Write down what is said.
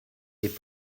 des